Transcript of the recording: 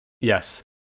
Yes